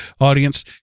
audience